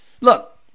Look